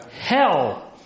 Hell